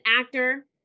actor